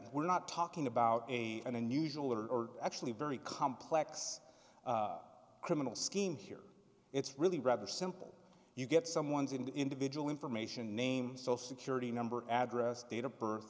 we're not talking about an unusual or actually very complex criminal scheme here it's really rather simple you get someone's in the individual information name social security number address date of birth